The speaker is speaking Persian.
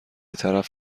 طرف